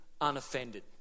unoffended